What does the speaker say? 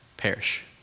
perish